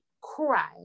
cry